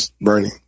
Bernie